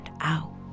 out